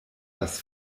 das